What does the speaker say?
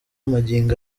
magingo